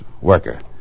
Worker